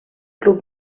club